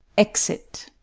exit